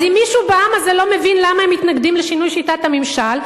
אז אם מישהו בעם הזה לא מבין למה הם מתנגדים לשינוי שיטת הממשל,